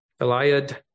Eliad